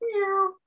meow